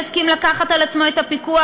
שהסכים לקחת על עצמו את הפיקוח,